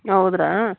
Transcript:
ಹೌದಾ